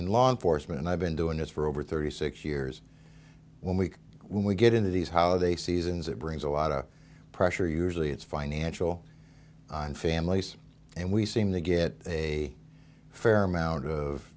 in law enforcement and i've been doing this for over thirty six years when we when we get into these holiday seasons it brings a lot of pressure usually it's financial on families and we seem to get a fair amount of